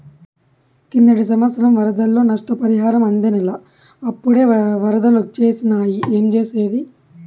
కిందటి సంవత్సరం వరదల్లో నష్టపరిహారం అందనేలా, అప్పుడే ఒరదలొచ్చేసినాయి ఏంజేసేది